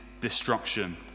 destruction